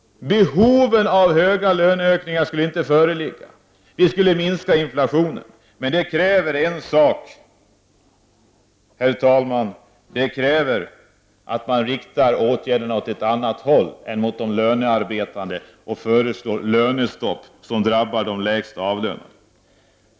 Behoven av stora löneökningar skulle inte föreligga. Vi skulle minska inflationen. Men det kräver en sak, herr talman! Det kräver att man riktar åtgärderna åt ett annat håll än mot de lönearbetande, att man inte föreslår lönestopp som drabbar de lägst avlönade.